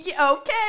okay